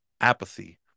apathy